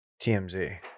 TMZ